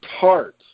tart